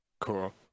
Cool